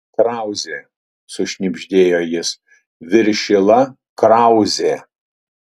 krauzė sušnibždėjo jis viršila krauzė